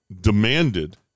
demanded